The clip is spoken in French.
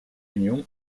union